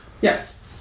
Yes